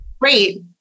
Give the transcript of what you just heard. great